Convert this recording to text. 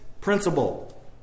principle